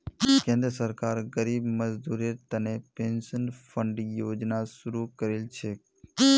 केंद्र सरकार गरीब मजदूरेर तने पेंशन फण्ड योजना शुरू करील छेक